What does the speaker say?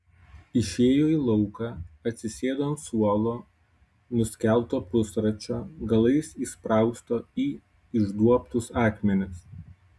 išėjo į lauką atsisėdo ant suolo nuskelto pusrąsčio galais įsprausto į išduobtus akmenis